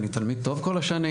אני תלמיד טוב כל השנים,